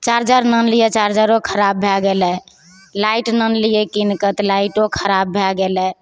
charger आनलियै चार्जरो खराब भए गेलय लाइट लानलियै कीन कऽ तऽ लाइटो खराब भए गेलय